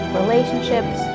relationships